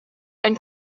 and